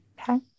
Okay